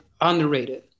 underrated